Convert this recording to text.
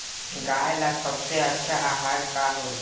गाय ला सबसे अच्छा आहार का होला?